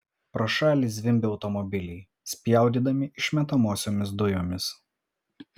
pro šalį zvimbė automobiliai spjaudydami išmetamosiomis dujomis